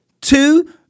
Two